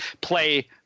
play